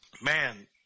Man